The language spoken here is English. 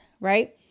right